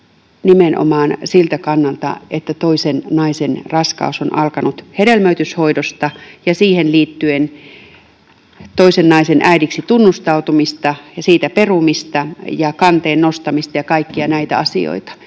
nimenomaan siltä kannalta, että toisen naisen raskaus on alkanut hedelmöityshoidosta, ja siihen liittyen toisen naisen äidiksi tunnustautumista ja sen perumista ja kanteen nostamista ja kaikkia näitä asioita.